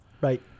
Right